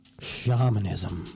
Shamanism